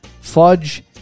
Fudge